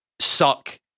suck